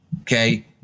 okay